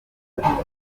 yagabanye